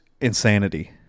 insanity